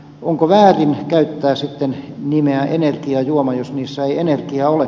onko väärin käyttää sitten nimeä energiajuoma jos niissä ei energiaa ole